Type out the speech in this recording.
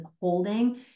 holding